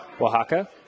Oaxaca